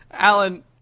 Alan